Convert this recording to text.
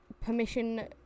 Permission